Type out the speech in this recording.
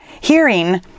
hearing